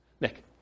Nick